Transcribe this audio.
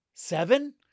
Seven